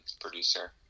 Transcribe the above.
producer